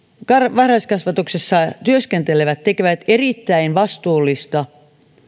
varhaiskasvatuksessa työskentelevät tekevät erittäin vastuullista